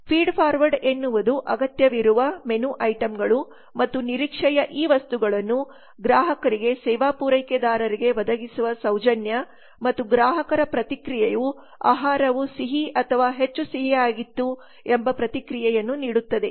feed forward ಎನ್ನುವುದು ಅಗತ್ಯವಿರುವ menu item ಗಳು ಮತ್ತು ನಿರೀಕ್ಷೆಯು ಈ ವಸ್ತುಗಳನ್ನು ಗ್ರಾಹಕರಿಗೆ ಸೇವಾ ಪೂರೈಕೆದಾರರಿಗೆ ಒದಗಿಸುವ ಸೌಜನ್ಯ ಮತ್ತು ಗ್ರಾಹಕರ ಪ್ರತಿಕ್ರಿಯೆಯು ಆಹಾರವು ಸಿಹಿ ಅಥವಾ ಹೆಚ್ಚು ಸಿಹಿಯಾಗಿತ್ತು ಎಂಬ ಪ್ರತಿಕ್ರಿಯೆಯನ್ನು ನೀಡುತ್ತದೆ